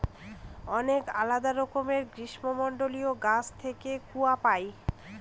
অনেক আলাদা রকমের গ্রীষ্মমন্ডলীয় গাছ থেকে কূয়া পাই